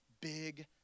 big